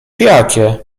jakie